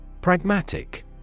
Pragmatic